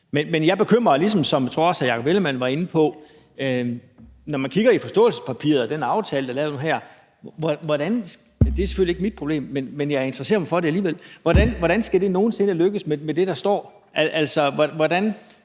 Men jeg er bekymret, som også hr. Jakob Ellemann-Jensen var inde på, når man kigger i forståelsespapiret og den aftale, der er lavet nu her. Det er selvfølgelig ikke mit problem, men jeg interesserer mig for det alligevel: Hvordan skal det nogen sinde lykkes med det, der står? Er det